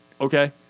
Okay